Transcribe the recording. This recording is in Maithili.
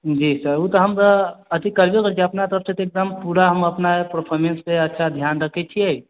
जी सर ओ तऽ हम तऽ अथी करबे करै छियै अपना तरफ से तऽ पूरा हम अपना परफोर्मेंस पे अच्छा ध्यान रखै छियै